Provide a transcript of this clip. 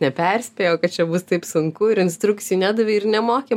neperspėjo kad čia bus taip sunku ir instrukcijų nedavė ir nemokė